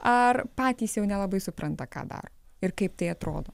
ar patys jau nelabai supranta ką daro ir kaip tai atrodo